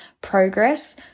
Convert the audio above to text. progress